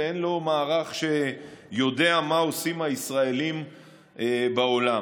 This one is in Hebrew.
ואין לה מערך שיודע מה עושים הישראלים בעולם.